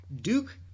Duke